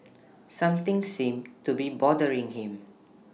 something seems to be bothering him